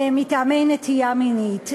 מטעמי נטייה מינית,